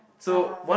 (uh huh)